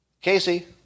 Casey